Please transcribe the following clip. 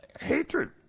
Hatred